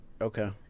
Okay